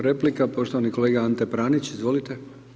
Replika poštovani kolega Ante Pranić, izvolite.